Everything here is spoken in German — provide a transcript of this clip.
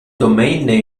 domain